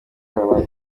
kanwa